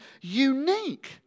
unique